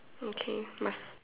okay must